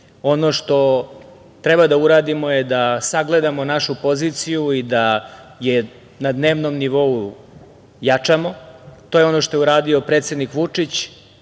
ono što treba da uradimo je da sagledamo našu poziciju i da je na dnevnom nivou jačamo. To je ono što je uradio predsednik Vučić,